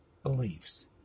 beliefs